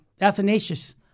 Athanasius